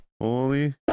Holy